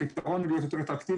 הפתרון הוא להיות יותר אטרקטיביים.